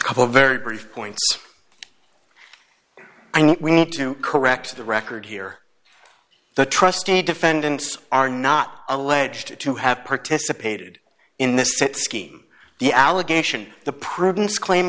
rebuttal of a very brief point i mean we need to correct the record here the trustee defendants are not alleged to have participated in this scheme the allegation the prudence claim